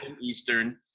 Eastern